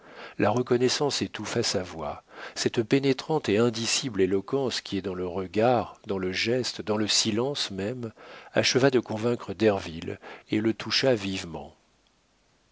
la reconnaissance étouffa sa voix cette pénétrante et indicible éloquence qui est dans le regard dans le geste dans le silence même acheva de convaincre derville et le toucha vivement